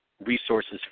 resources